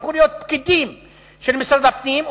הפכו לאחרונה להיות פקידים של משרד הפנים,